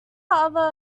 other